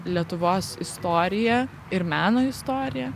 lietuvos istoriją ir meno istoriją